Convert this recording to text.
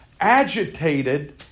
agitated